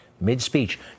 mid-speech